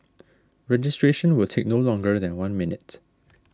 registration will take no longer than one minute